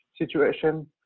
situation